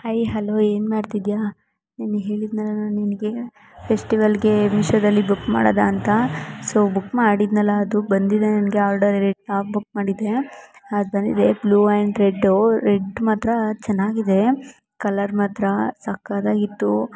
hi hello ಏನು ಮಾಡ್ತಿದ್ದಿಯ ನಿನ್ನೆ ಹೇಳಿದ್ದನಲ್ಲ ನಾನು ನಿನಗೆ ಫೆಸ್ಟಿವಲ್ಲಿಗೆ ಮೀಶೋದಲ್ಲಿ ಬುಕ್ ಮಾಡೋದಾ ಅಂತ ಸೊ ಬುಕ್ ಮಾಡಿದ್ದೆನಲ್ಲಾ ಅದು ಬಂದಿದೆ ನನಗೆ ಬುಕ್ ಮಾಡಿದ್ದೆ ಅದು ಬಂದಿದೆ ಬ್ಲೂ ಆ್ಯಂಡ್ ರೆಡ್ದು ರೆಡ್ ಮಾತ್ರ ಚೆನ್ನಾಗಿದೆ ಕಲರ್ ಮಾತ್ರ ಸಕ್ಕತ್ತಾಗಿತ್ತು